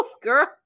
girl